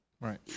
Right